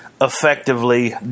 effectively